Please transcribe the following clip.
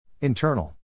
Internal